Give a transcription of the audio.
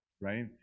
right